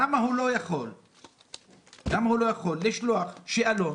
למה הוא לא יכול לשלוח שאלון